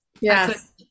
yes